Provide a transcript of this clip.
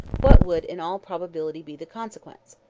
what would in all probability be the consequence?